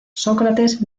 sócrates